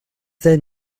then